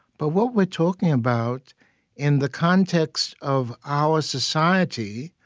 but what we're talking about in the context of our society,